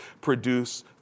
produce